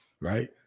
Right